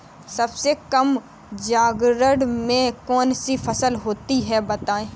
सबसे कम लागत में कौन सी फसल होती है बताएँ?